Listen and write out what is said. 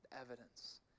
evidence